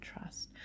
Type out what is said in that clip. trust